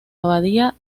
abadía